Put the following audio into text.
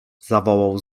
zawołał